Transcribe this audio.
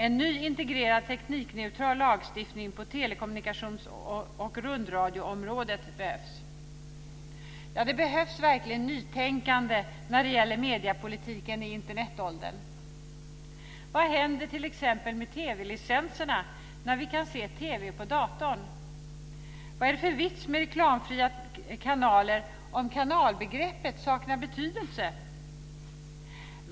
En ny integrerad teknikneutral lagstiftning på telekommunikationsoch rundradioområdet behövs. Det behövs verkligen nytänkande när det gäller mediepolitiken i Internetåldern. Vad händer t.ex. med TV-licenserna när vi kan se TV på datorn? Vad är det för vits med reklamfria kanaler om kanalbegreppet saknar betydelse?